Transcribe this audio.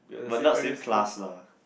but not same class lah